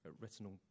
retinal